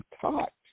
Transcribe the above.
taught